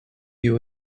you